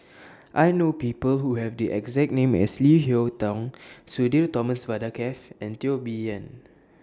I know People Who Have The exact name as Leo Hee Tong Sudhir Thomas Vadaketh and Teo Bee Yen